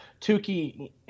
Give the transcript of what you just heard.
Tukey